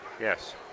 Yes